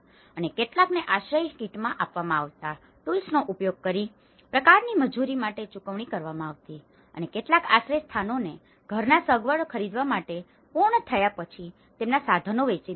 અને કેટલાકને આશ્રય કીટમાં આપવામાં આવતા ટૂલ્સનો ઉપયોગ કરીને પ્રકારની મજૂરી માટે ચૂકવણી કરવામાં આવી હતી અને કેટલાક આશ્રયસ્થાનોને ઘરના સગવડ ખરીદવા માટે પૂર્ણ થયા પછી તેમના સાધનો વેચી દીધા હતા